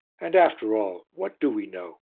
and after all, what do we know?